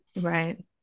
Right